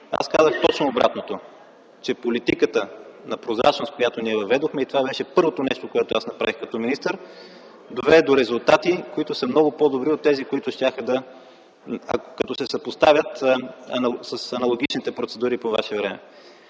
Аз казах точно обратното – че политиката на прозрачност, която ние въведохме, и това беше първото нещо, което аз направих като министър, доведе до резултати, които са много по-добри, като се съпоставят с аналогичните процедури по Ваше време.